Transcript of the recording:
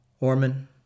Orman